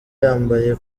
yambaye